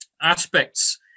Aspects